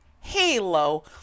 Halo